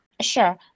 sure